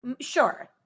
sure